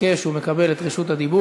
ביקש ומקבל את רשות הדיבור,